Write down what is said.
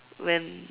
when